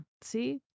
see